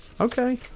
Okay